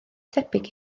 tebyg